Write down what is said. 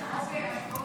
נתקבלו.